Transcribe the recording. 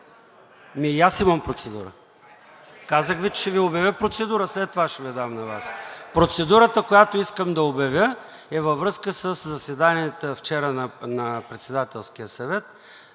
ЙОРДАН ЦОНЕВ: Казах Ви, че ще Ви обявя процедура, след това ще Ви я дам на Вас. Процедурата, която искам да обявя, е във връзка със заседанията вчера на Председателския съвет